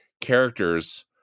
characters